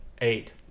Eight